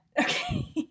okay